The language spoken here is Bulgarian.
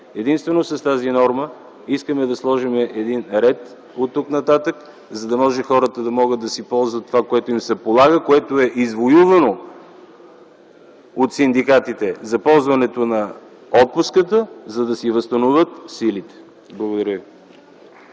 Единствено с тази норма искаме да сложим ред оттук нататък, за да могат хората да ползват това, което им се полага, което е извоювано от синдикатите за ползването на отпуската, за да си възстановят силите. Благодаря